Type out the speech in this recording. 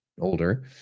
older